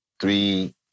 three